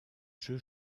jeu